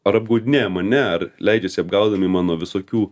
ar apgaudinėja mane ar leidžiasi apgaunami mano visokių